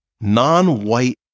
Non-white